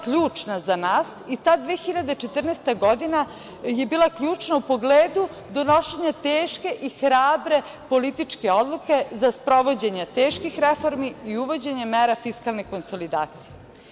Ključna za nas je bila 2014. godine i ta godina je bila ključna u pogledu donošenja teške i hrabre političke odluke za sprovođenje teških reformi i uvođenje mera fiskalne konsolidacije.